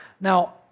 Now